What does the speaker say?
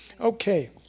Okay